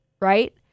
right